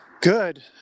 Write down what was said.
good